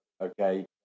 okay